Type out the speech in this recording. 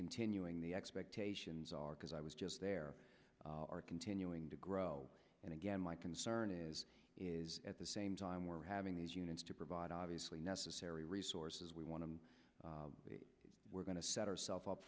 continuing the expectations because i was just there are continuing to grow and again my concern is is at the same time we're having these units to provide obviously necessary resources we want to be we're going to set ourselves up